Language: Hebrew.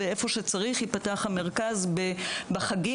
ואיפה שצריך ייפתח המרכז בחגים,